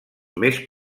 més